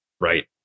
Right